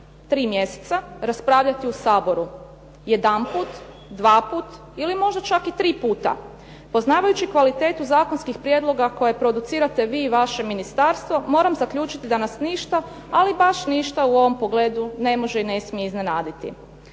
3 mjeseca raspravljati u Saboru jedanput, dvaput ili možda čak i tri puta. Poznavajući kvalitetu zakonskih prijedloga koje producirate vi i vaše ministarstvo moram zaključiti da nas ništa, ali baš ništa u ovom pogledu ne može i ne smije iznenaditi.